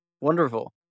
Wonderful